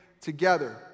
together